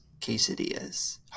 quesadillas